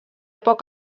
poc